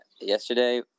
yesterday